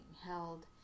held